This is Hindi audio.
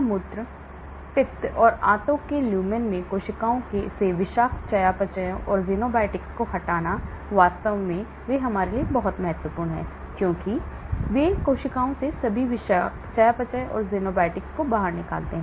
मूत्र पित्त और आंतों के लुमेन में कोशिकाओं से विषाक्त चयापचयों और xenobiotics को हटाना वास्तव में वे हमारे लिए बहुत महत्वपूर्ण हैं क्योंकि वे कोशिकाओं से सभी विषाक्त चयापचयों और xenobiotics को बाहर निकालते हैं